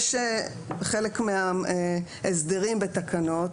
יש חלק מההסדרים בתקנות,